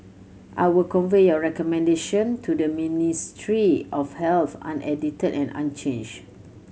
I will convey your recommendation to the Ministry of Health unedited and unchanged